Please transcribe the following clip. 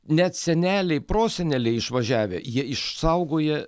net seneliai proseneliai išvažiavę jie išsaugoję